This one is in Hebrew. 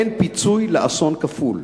אין פיצוי לאסון כפול.